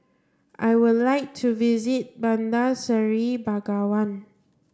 I would like to visit Bandar Seri Begawan